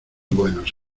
buenos